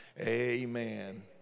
Amen